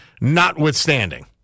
notwithstanding